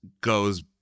goes